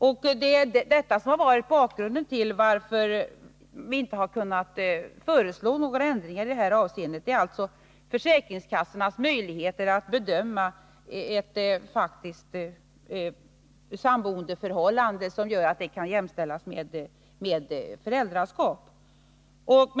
Det är detta som varit bakgrunden till att vi inte har kunnat föreslå några ändringar i detta avseende — alltså försäkringskassornas möjligheter att bedöma om ett faktiskt samboendeförhållande föreligger som kan jämställas med föräldraskap.